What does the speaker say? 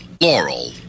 Laurel